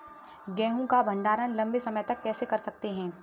गेहूँ का भण्डारण लंबे समय तक कैसे कर सकते हैं?